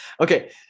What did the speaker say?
Okay